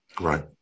Right